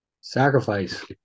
Sacrifice